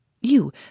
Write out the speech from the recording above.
You